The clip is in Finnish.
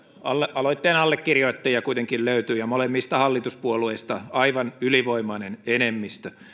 aloitteen allekirjoittajia kuitenkin löytyi molemmista hallituspuolueista aivan ylivoimainen enemmistö